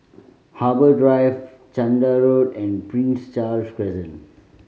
Harbour Drive Chander Road and Prince Charles Crescent